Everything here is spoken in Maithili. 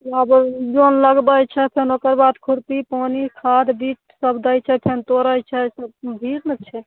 इहए जे जोन लगबैत छै फेन ओकर बाद खुरपी पानि खाद बीज सभ दै छै फेन तोड़ैत छै भीड़ नहि छै